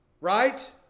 right